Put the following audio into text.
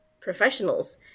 professionals